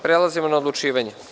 Prelazimo na odlučivanje